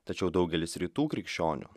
tačiau daugelis rytų krikščionių